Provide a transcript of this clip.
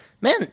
Man